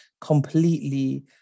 completely